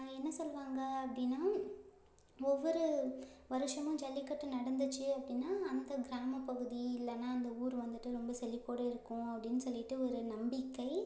என்ன சொல்லுவாங்க அப்படினா ஒவ்வொரு வருஷமும் ஜல்லிக்கட்டு நடந்துச்சு அப்படினா அந்தக் கிராமப் பகுதி இல்லைனா அந்த ஊர் வந்துட்டு ரொம்ப செழிப்போட இருக்கும் அப்படின்னு சொல்லிட்டு ஒரு நம்பிக்கை